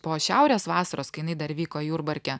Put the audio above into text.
po šiaurės vasaros kai jinai dar vyko jurbarke